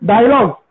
Dialogue